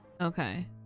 Okay